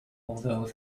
although